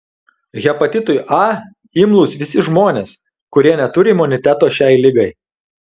hepatitui a imlūs visi žmonės kurie neturi imuniteto šiai ligai